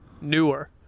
newer